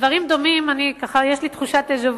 דברים דומים, יש לי תחושת דז'ה-וו.